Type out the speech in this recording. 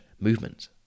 movement